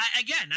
Again